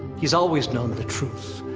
he's always known the truth,